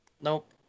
nope